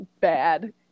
bad